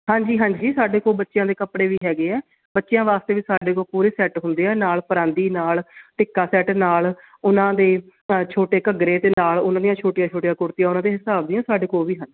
ਹਾਂਜੀ ਹਾਂਜੀ ਸਾਡੇ ਕੋਲ ਬੱਚਿਆਂ ਦੇ ਕੱਪੜੇ ਵੀ ਹੈਗੇ ਹੈ ਬੱਚਿਆਂ ਵਾਸਤੇ ਵੀ ਸਾਡੇ ਕੋਲ ਪੂਰੇ ਸੈੱਟ ਹੁੰਦੇ ਆ ਨਾਲ ਪਰਾਂਦੀ ਨਾਲ ਟਿੱਕਾ ਸੈਟ ਨਾਲ ਉਹਨਾਂ ਦੇ ਛੋਟੇ ਘੱਗਰੇ ਅਤੇ ਨਾਲ ਉਹਨਾਂ ਦੀਆਂ ਛੋਟੀਆਂ ਛੋਟੀਆਂ ਕੁੜਤੀਆਂ ਉਹਨਾਂ ਦੇ ਹਿਸਾਬ ਦੀਆਂ ਸਾਡੇ ਕੋਲ ਉਹ ਵੀ ਹਨ